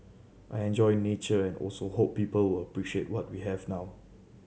I enjoy nature and also hope people will appreciate what we have now